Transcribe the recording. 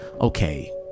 okay